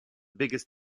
biggest